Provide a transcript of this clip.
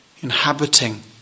Inhabiting